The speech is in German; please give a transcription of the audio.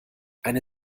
eine